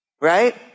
Right